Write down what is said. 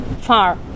far